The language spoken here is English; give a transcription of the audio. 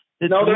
no